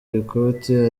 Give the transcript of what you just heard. ikoti